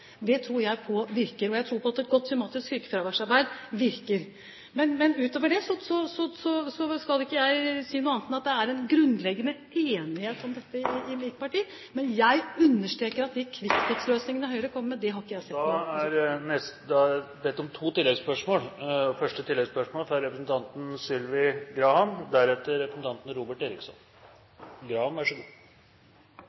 og jeg tror at et godt, systematisk sykefraværsarbeid virker. Utover det skal ikke jeg si annet enn at det er en grunnleggende enighet om dette i mitt parti, men jeg understreker at de «quick fix»-løsningene Høyre kommer med, har jeg ikke sett noe … Det er bedt om to